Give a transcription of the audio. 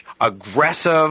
aggressive